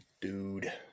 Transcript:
dude